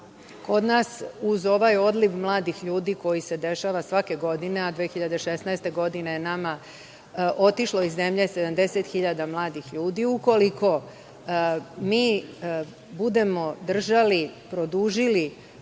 kod nas uz ovaj odliv mladih ljudi, koji se dešava svake godine, a 2016. godine je nama otišlo iz zemlje 70.000 mladih ljudi, ukoliko mi budemo držali, produžili